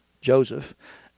Joseph